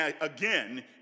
again